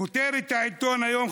כותרת העיתון היום,